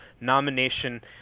nomination